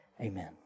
Amen